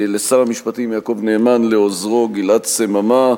לשר המשפטים יעקב נאמן, לעוזרו גלעד סממה,